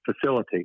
facilitate